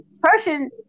Person